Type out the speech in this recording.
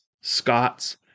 scots